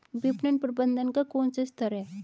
विपणन प्रबंधन का कौन सा स्तर है?